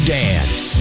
dance